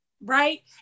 right